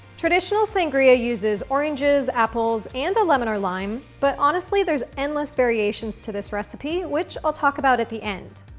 traditional sangria uses oranges, apples, and a lemon or lime, but honestly, there's endless variations to this recipe, which i'll talk about at the end.